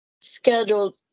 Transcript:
scheduled